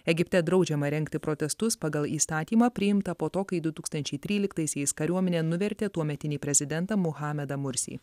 egipte draudžiama rengti protestus pagal įstatymą priimtą po to kai du tūkstančiai tryliktaisiais kariuomenė nuvertė tuometinį prezidentą mohamedą mursį